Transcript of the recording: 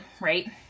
right